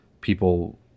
people